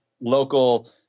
local